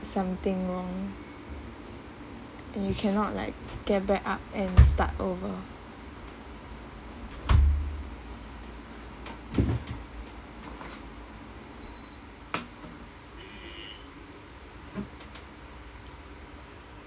something wrong and you cannot like get back up and start over